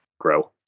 grow